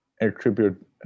attribute